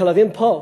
הכלבים פה,